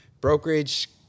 brokerage